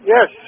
Yes